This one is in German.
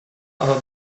aber